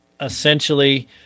essentially